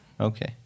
Okay